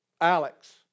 Alex